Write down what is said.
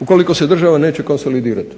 ukoliko se država neće konsolidirati.